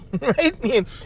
right